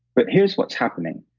but here's what's happening.